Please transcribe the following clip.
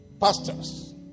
Pastors